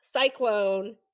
cyclone